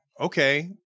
okay